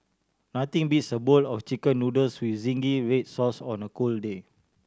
nothing beats a bowl of Chicken Noodles with zingy red sauce on a cold day